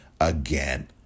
again